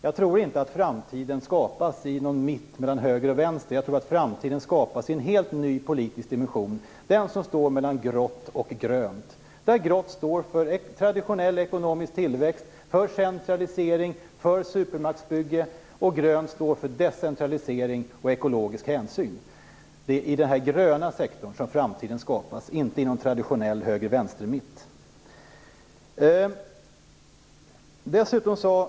Jag tror inte att framtiden skapas i en mitt mellan höger och vänster, utan jag tror att framtiden skapas i en helt ny politisk dimension - mellan grått och grönt. Grått står för traditionell ekonomisk tillväxt, centralisering och supermaktsbygge. Grönt står för decentralisering och ekologisk hänsyn. Det är i den gröna sektorn som framtiden skapas, inte i en traditionell höger-vänster-mitt.